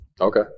okay